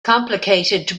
complicated